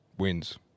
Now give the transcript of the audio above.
wins